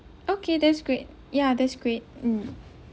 okay that's great yeah that's great mm